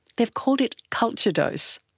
they've called it culture dose.